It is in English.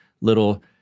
little